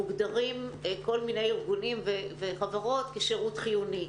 מוגדרים כל מיני ארגונים וחברות כשירות חיוני.